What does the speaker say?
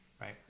right